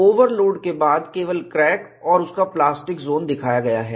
overload के बाद केवल क्रैक और उसका प्लास्टिक जोन दिखाया गया है